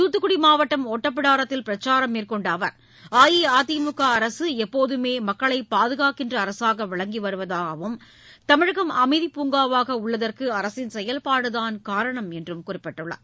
தூத்தக்குடி மாவட்டம் ஒட்டப்பிடாரத்தில் பிரச்சாரம் மேற்கொண்ட அவர் அஇஅதிமுக அரசு எப்போதமே மக்களை பாதுகாக்கின்றன அரசாக விளங்கி வருவதாகவும் தமிழகம் அமைதிப் பூங்காவாக உள்ளதற்கு அரசின் செயல்பாடுதான் காரணம் என்று அவர் குறிப்பிட்டார்